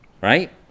Right